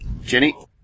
Jenny